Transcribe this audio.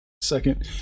Second